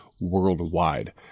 worldwide